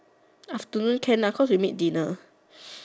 afternoon can lah cause we meet dinner